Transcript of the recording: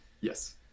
Yes